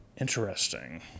Interesting